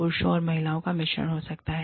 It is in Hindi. पुरुषों और महिलाओं का मिश्रण हो सकता है